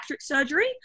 surgery